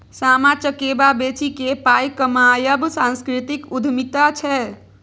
सामा चकेबा बेचिकेँ पाय कमायब सांस्कृतिक उद्यमिता छै